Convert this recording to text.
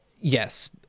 yes